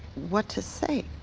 what to say.